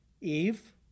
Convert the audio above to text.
Eve